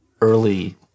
early